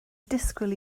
disgwyl